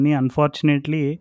unfortunately